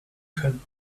können